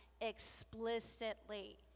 explicitly